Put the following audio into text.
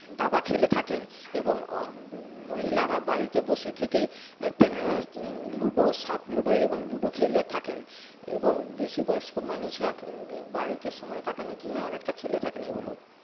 দাবা খেলে থাকেন এবং মহিলারা বাড়িতে বসে থেকে তেনারা লুডো সাপ লুডো এবং লুডো খেলে থাকেন এবং বেশি বয়স্ক মানুষরা বাড়িতে সময় কাটানোর জন্য অনেকটা খেলে থাকেন এইগুলো